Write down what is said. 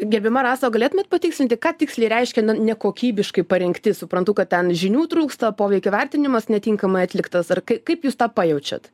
gerbiama rasa o galėtumėt patikslinti ką tiksliai reiškia na nekokybiškai parengti suprantu kad ten žinių trūksta poveikio vertinimas netinkamai atliktas ar kaip jūs tą pajaučiat